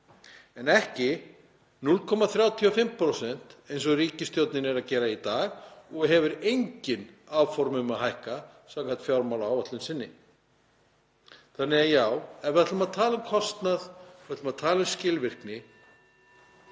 en ekki 0,35% eins og ríkisstjórnin er að gera í dag og hefur engin áform um að hækka samkvæmt fjármálaáætlun sinni. Þannig að já, ef við ætlum að tala um kostnað og skilvirkni,